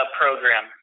program